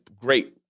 great